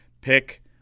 pick